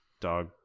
dog